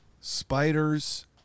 spiders